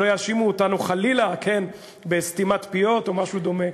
שלא יאשימו אותנו חלילה בסתימת פיות או משהו דומה,